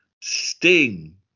Sting